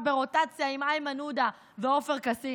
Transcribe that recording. ברוטציה עם איימן עודה ועופר כסיף.